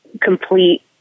complete